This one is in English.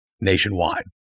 nationwide